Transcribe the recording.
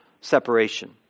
separation